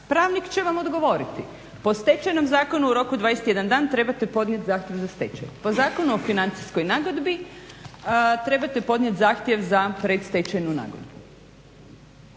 Pravnik će vam odgovoriti, po Stečajnom zakonu u roku 21 dan trebate podnijet zahtjev za stečaj, po Zakonu o financijskoj nagodbi trebate podnijet zahtjev za predstečajnu nagodbu.